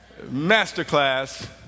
Masterclass